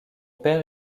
père